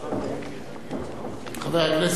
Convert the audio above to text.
חבר הכנסת זאב,